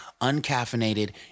uncaffeinated